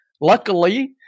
Luckily